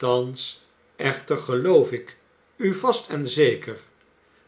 thans echter geloof ik u vast en zeker